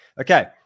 Okay